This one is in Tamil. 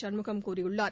சண்முகம் கூறியுள்ளார்